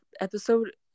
episode